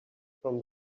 from